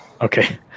Okay